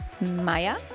Maya